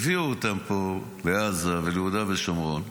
הביאו אותם פה לעזה וליהודה ושומרון,